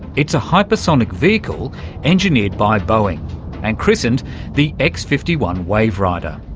it's a hypersonic vehicle engineered by boeing and christened the x fifty one waverider.